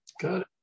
good